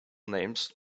names